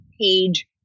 page